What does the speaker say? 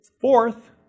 Fourth